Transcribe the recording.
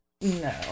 No